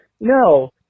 no